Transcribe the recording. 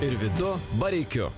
ir vidu bareikiu